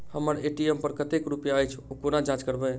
हम्मर ए.टी.एम पर कतेक रुपया अछि, ओ कोना जाँच करबै?